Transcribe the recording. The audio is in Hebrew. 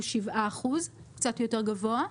הוא שבעה אחוז קצת יותר גבוה.